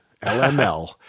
LML